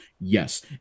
Yes